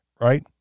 Right